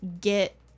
get